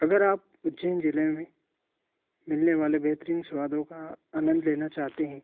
अगर आप उज्जैन ज़िले में मिलने वाले बेहतरीन स्वादों का आनंद लेना चाहते हैं